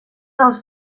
dels